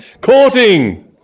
courting